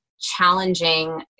challenging